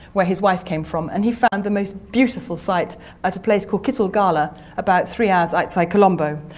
where his wife came from, and he found the most beautiful site at a place called kitulgala about three hours outside colombo.